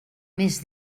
més